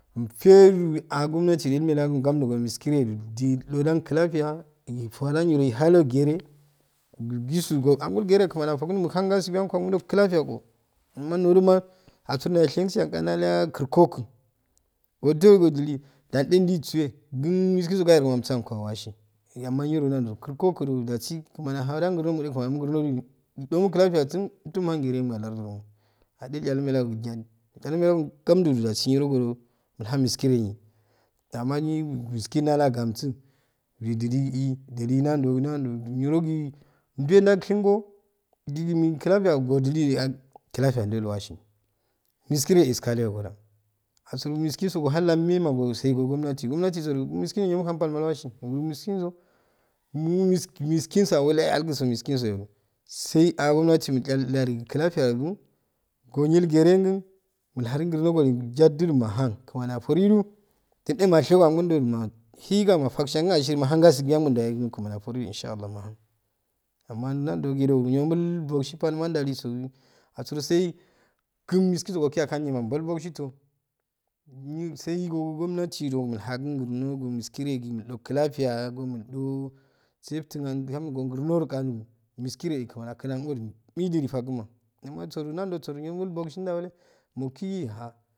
Imfeku a gum natigi immelago gamjugi miskireju jil jodan clakiya ifojan jiro mehalo gere nru gisu ju go agol jereju kmani akokun muhan gasibi ankundo clakiyako amma nojuma asun ju shinshi anga natayaurkoku ado ojili jan eh disuwe gi miskinso gayeroke amso ango awasi niro amma niro nan joju karkokuju jusi kmani ahacha grnoju mode fagma arnodu ijomo clafiyasun umdom hamgeremo arjirmo clafiyasun umdom hamgeremo arjirmo ajech ai melago jad chalme lago gamjuju jasi niro gojo ilhan mikire ammayin miskin dal agamsi idiligi idili nanjo nanjo niro lg jowe dangshingo jiligi men clatiya ojili ju yak clafiya juwel washi miskineye iskadiyo go jan haswo miskinso ohan lamema sai go gom nati gomnatisudu mo miskin niro manan bal mal wasi mo miskingo momiskin miskinso awate yaye aigijo miskinsoyo sai a gomnati milchal garigi clafiyaro go nil gerengn mu harun grno joli jadu ju mahan kmani aturiju jin eh mashego anganjo ju mashigama fagshenyangn ashir mahan gasibi alumjo yaye kmani aforiju inshallah mahan amma nan jogiju niro bbogshhbalma jaliso asuro sai gn miskinso okik yaganima bolbogshisho nil sai gomnati jo mul hakungrno go miskiregimui jo clakiya go muijo seftima gam go grnorokado miskire kmani akudan goju mejile faguma amma soju najosudu niro muibogsiso juwale mu kigi ha.